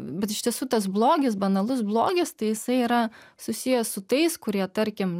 bet iš tiesų tas blogis banalus blogis tai jisai yra susijęs su tais kurie tarkim